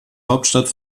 hauptstadt